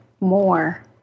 More